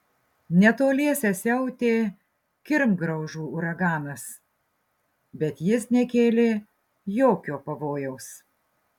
netoliese siautė kirmgraužų uraganas bet jis nekėlė jokio pavojaus